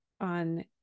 on